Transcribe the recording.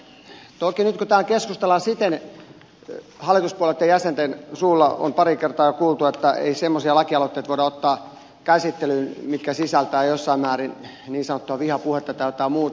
toki nyt täällä keskustellaan siitä ja hallituspuolueitten jäsenten suulla on pari kertaa jo todettu ettei semmoisia lakialoitteita voida ottaa käsittelyyn mitkä sisältävät jossain määrin niin sanottua vihapuhetta tai jotain muuta